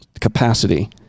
capacity